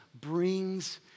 brings